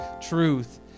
truth